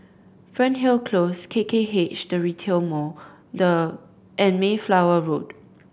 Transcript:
Fernhill Close K K H The Retail Mall the and Mayflower Road